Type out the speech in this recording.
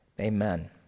amen